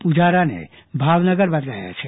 પુજારાને ભાવનગર બદલાયા છે